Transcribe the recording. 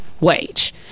wage